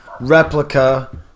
replica